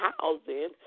housing